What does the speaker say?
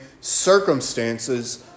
circumstances